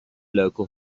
local